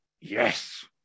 Yes